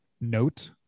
note